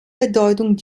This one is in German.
bedeutung